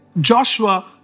Joshua